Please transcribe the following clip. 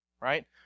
right